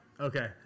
Okay